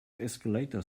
escalator